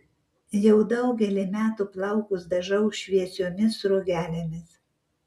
jau daugelį metų plaukus dažau šviesiomis sruogelėmis